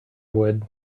would